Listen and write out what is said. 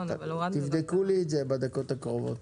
תבדקו לי את זה בדקות הקרובות.